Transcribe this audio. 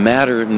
Matter